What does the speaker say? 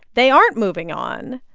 they aren't moving on.